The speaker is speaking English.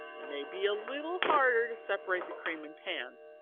it may be a little harder to separate the cream in pans,